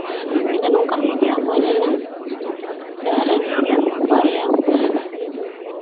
ᱢᱤᱫ ᱫᱷᱟᱣ ᱱᱚᱝᱠᱟᱱ ᱜᱷᱚᱴᱚᱱᱟ ᱦᱩᱭᱞᱮᱱᱟ ᱡᱟᱦᱟᱸ ᱨᱮ ᱵᱟᱨᱭᱟ